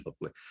lovely